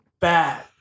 bad